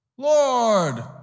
Lord